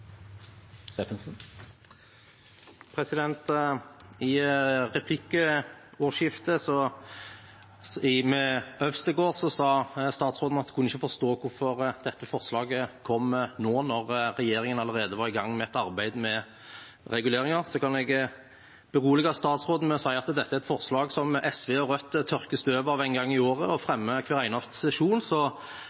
I replikkordskiftet med Øvstegård sa statsråden at hun ikke kunne forstå hvorfor dette forslaget kom nå, når regjeringen allerede var i gang med et arbeid med reguleringer. Da kan jeg berolige statsråden med å si at dette er et forslag som SV og Rødt tørker støv av en gang i året og fremmer hver eneste sesjon.